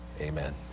Amen